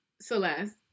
Celeste